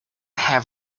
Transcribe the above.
have